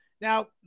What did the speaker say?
Now